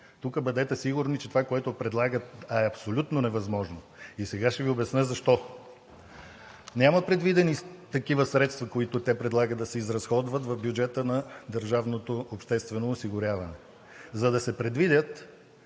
тук бъдете сигурни, че това, което предлагат, е абсолютно невъзможно. И сега ще Ви обясня защо. Няма предвидени такива средства, които те предлагат да се изразходват, в бюджета на държавното обществено осигуряване. За да се предвидят,